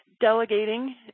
delegating